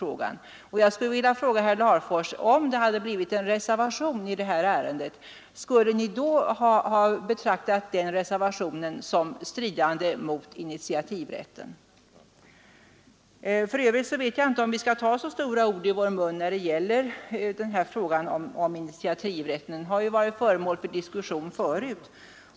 Jag vill fråga herr Larfors: Om det funnits en reservation i detta ärende, skulle herr Larfors då ha betraktat reservationen såsom stridande mot initiativrätten? För övrigt tycker jag inte vi skall ta så stora ord i vår mun när det gäller initiativrätten. Den har varit föremål för diskussion förut.